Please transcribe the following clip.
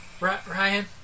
Ryan